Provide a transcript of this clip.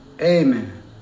Amen